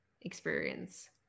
experience